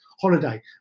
holiday